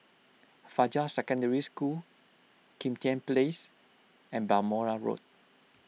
Fajar Secondary School Kim Tian Place and Balmoral Road